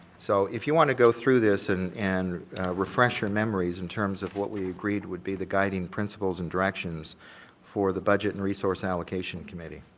so, if you want to go through this and and refresh your memories in terms of what we agreed would be the guiding principles and directions for the budget and resource allocation committee.